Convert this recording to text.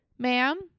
Ma'am